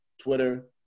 Twitter